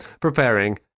preparing